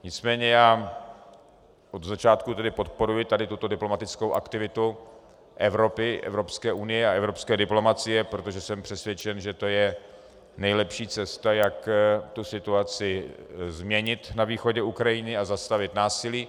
Nicméně já od začátku podporuji tuto diplomatickou aktivitu Evropy, Evropské unie a evropské diplomacie, protože jsem přesvědčen, že to je nejlepší cesta, jak situaci na výchově Ukrajiny změnit a zastavit násilí.